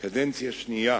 קדנציה שנייה,